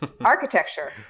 architecture